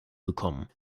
bekommen